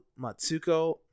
Matsuko